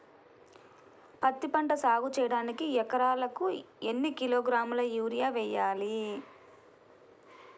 పత్తిపంట సాగు చేయడానికి ఎకరాలకు ఎన్ని కిలోగ్రాముల యూరియా వేయాలి?